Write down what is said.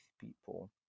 people